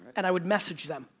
and i would message them,